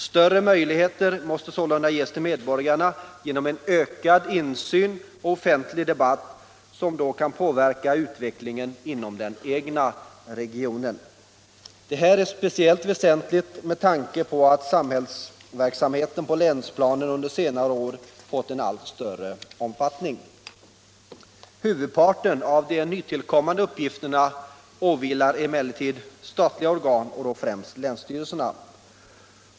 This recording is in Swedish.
Större möjligheter måste sålunda ges till medborgarna att genom ökad insyn och offentlig debatt påverka utvecklingen inom den egna regionen. Detta är speciellt väsentligt med tanke på att samhällsverksamheten på länsplanen under senare år fått allt större omfattning. Huvudparten av de nytillkommande uppgifterna åvilar emellertid statliga organ och då främst länsstyrelserna.